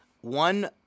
one